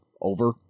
over